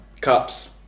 Cups